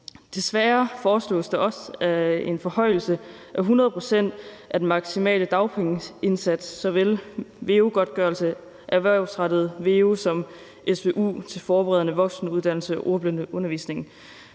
Desværre foreslås det også, at en forhøjelse til 100 pct. af den maksimale dagpengesats af såvel veu-godtgørelse til erhvervsrettet veu som svu til forberedende voksenundervisning og ordblindeundervisning